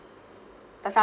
because I'm